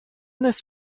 this